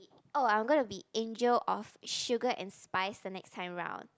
oh I am gonna to be angel of sugar and spice the next time round